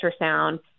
ultrasound